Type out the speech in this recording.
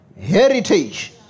heritage